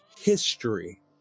history